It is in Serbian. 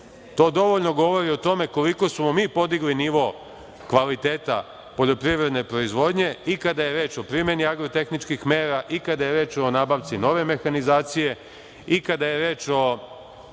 EU.To dovoljno govori o tome koliko smo mi podigli nivo kvaliteta poljoprivredne proizvodnje i kada je reč o primeni agrotehničkih mera i kada je reč o nabavci nove mehanizacije i kada je reč o